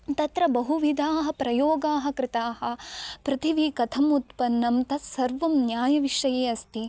तत्र बहुविधाः प्रयोगाः कृताः पृथिवी कथम् उत्पन्नं तत् सर्वं न्यायविषये अस्ति